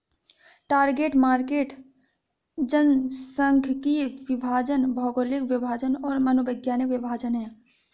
target market जनसांख्यिकीय विभाजन, भौगोलिक विभाजन और मनोवैज्ञानिक विभाजन हैं